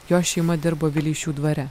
jo šeima dirbo vileišių dvare